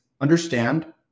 Understand